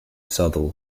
southall